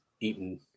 eaten